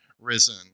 risen